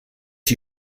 die